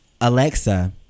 Alexa